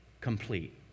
complete